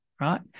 right